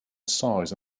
size